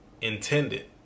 intended